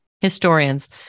historians